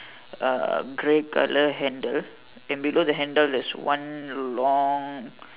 uh grey colour handle and below the handle there is one long